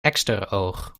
eksteroog